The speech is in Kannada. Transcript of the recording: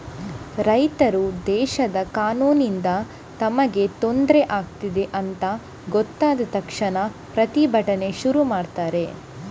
ರೈತರು ದೇಶದ ಕಾನೂನಿನಿಂದ ತಮಗೆ ತೊಂದ್ರೆ ಆಗ್ತಿದೆ ಅಂತ ಗೊತ್ತಾದ ತಕ್ಷಣ ಪ್ರತಿಭಟನೆ ಶುರು ಮಾಡ್ತಾರೆ